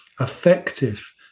effective